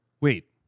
Wait